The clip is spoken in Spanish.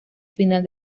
final